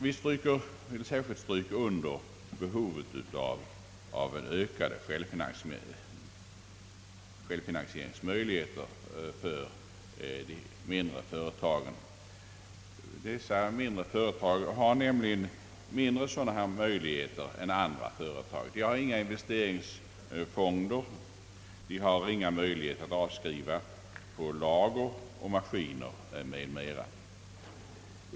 Vi vill särskilt stryka under behovet av ökade självfinansieringsmöjligheter för de mindre företagen. Mindre företag har nämligen sämre sådana möjligheter än andra företag. De har inga investeringsfonder, de har små möjligheter att avskriva på lager och maskiner, m.m.